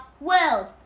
world